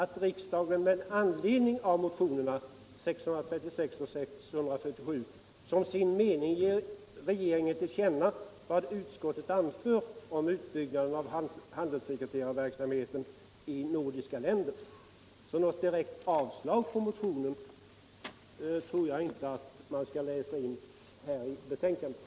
att riksdagen med anledning av motionerna 1975 76:647 som sin mening ger regeringen till känna vad utskottet anfört om utbyggnad av handelssekreterarverksamheten i nordiska länder,” osv. Något direkt avstyrkande av motionen tycker jag inte att man skall läsa in i denna utskottets skrivning.